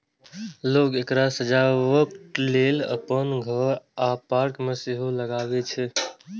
लोक एकरा सजावटक लेल अपन घर आ पार्क मे सेहो लगबै छै